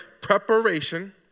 Preparation